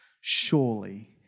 Surely